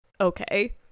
okay